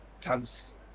times